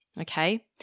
Okay